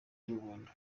y’umuhondo